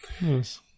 Yes